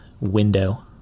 window